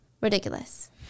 Ridiculous